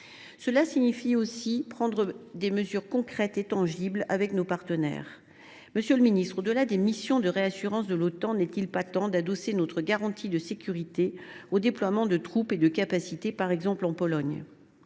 Cela signifie aussi prendre des mesures concrètes et tangibles avec nos partenaires. Monsieur le ministre, au delà des missions de réassurance de l’Otan, n’est il pas temps d’adosser notre garantie de sécurité au déploiement de troupes et de capacités, par exemple en Pologne ?